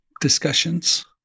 discussions